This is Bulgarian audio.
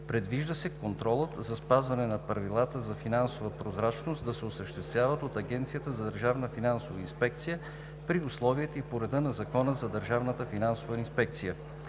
Предвижда се контролът за спазване на правилата за финансова прозрачност да се осъществява от Агенцията за държавна финансова инспекция при условията и по реда на Закона за държавната финансова инспекция.